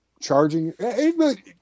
charging